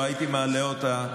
לא הייתי מעלה אותה.